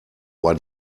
war